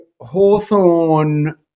Hawthorne